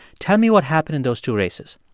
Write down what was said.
tell me what happened in those two races